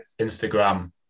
Instagram